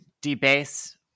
debase